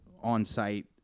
on-site